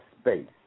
space